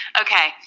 okay